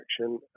action